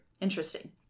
Interesting